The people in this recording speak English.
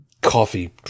coffee